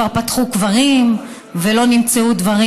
כבר פתחו קברים ולא נמצאו דברים.